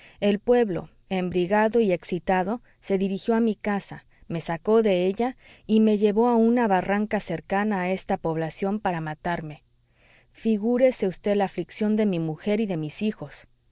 el pueblo embriagado y excitado se dirigió a mi casa me sacó de ella y me llevó a una barranca cercana a esta población para matarme figúrese vd la aflicción de mi mujer y de mis hijos